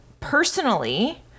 Personally